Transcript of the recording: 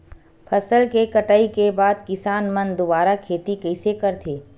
फसल के कटाई के बाद किसान मन दुबारा खेती कइसे करथे?